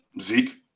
Zeke